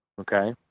Okay